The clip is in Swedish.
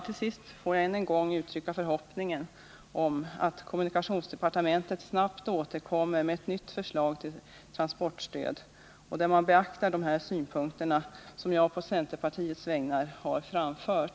Till sist får jag än en gång uttrycka förhoppningen att kommunikationsdepartementet snabbt återkommer med ett nytt förslag till transportstöd och att man där beaktar också de synpunkter som jag på centerpartiets vägnar har framfört.